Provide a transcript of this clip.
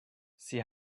sie